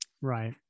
Right